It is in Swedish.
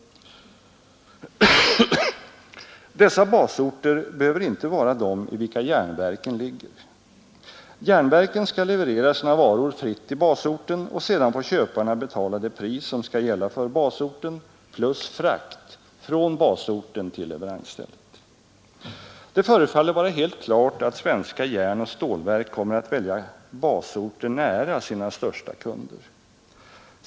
Dessa basorter behöver inte vara de i vilka järnverken ligger. Järnverken skall leverera sina varor fritt till basorten, och sedan får köparna betala det pris som skall gälla för basorten plus frakt från basorten till leveransstället. Det förefaller vara helt klart att svenska järnoch stålverk kommer att välja basorter nära sina största kunder.